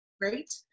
great